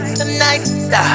tonight